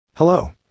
Hello